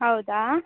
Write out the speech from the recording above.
ಹೌದಾ